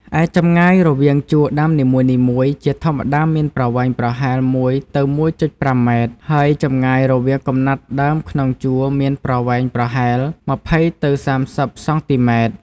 ឯចម្ងាយរវាងជួរដាំនីមួយៗ ជាធម្មតាមានប្រវែងប្រហែល ១ ទៅ ១.៥ ម៉ែត្រ ហើយចម្ងាយរវាងកំណាត់ដើមក្នុងជួរមានប្រវែងប្រហែល ២០ ទៅ ៣០ សង់ទីម៉ែត្រ។